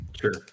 Sure